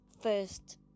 first